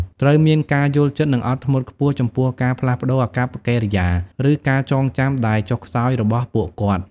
ត្រូវមានការយល់ចិត្ត និងអត់ធ្មត់ខ្ពស់ចំពោះការផ្លាស់ប្តូរអាកប្បកិរិយា ឬការចងចាំដែលចុះខ្សោយរបស់ពួកគាត់។